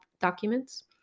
documents